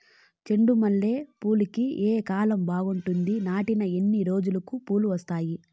చెండు మల్లె పూలుకి ఏ కాలం బావుంటుంది? నాటిన ఎన్ని రోజులకు పూలు వస్తాయి?